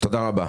תודה רבה.